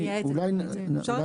לא, אז אני אומר - אולי נעשה פה תיקון.